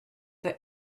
for